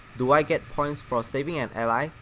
do i get points for saving an ally,